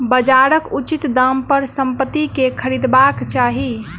बजारक उचित दाम पर संपत्ति के खरीदबाक चाही